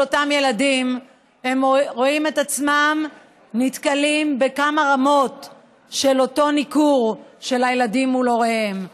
אותם ילדים נתקלים בכמה רמות של אותו ניכור של הילדים מול הוריהם.